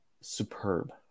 superb